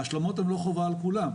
ההשלמות הן לא חובה על כולם.